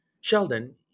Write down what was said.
Sheldon